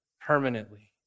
permanently